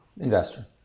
Investor